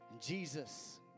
Jesus